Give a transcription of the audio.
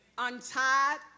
Untied